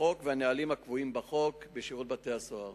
החוק והנהלים הקבועים בחוק בשירות בתי-הסוהר.